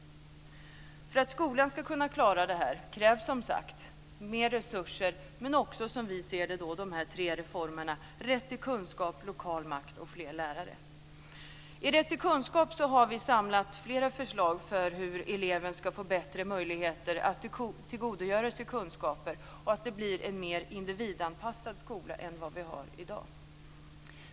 För att skolan ska kunna klara detta krävs som sagt mer resurser men också, som vi ser det, de tre reformerna Rätt till kunskap, Inom reformen Rätt till kunskap har vi samlat flera förslag till hur eleven ska få bättre möjligheter att tillgodogöra sig kunskaper och till hur skolan ska bli mer individanpassad än den är i dag.